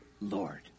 Lord